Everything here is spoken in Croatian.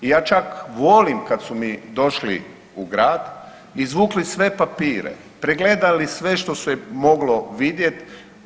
I ja čak volim kad su mi došli u grad, izvukli sve papire, pregledali sve što se moglo vidjeti.